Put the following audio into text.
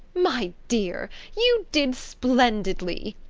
my dear, you did splendidly,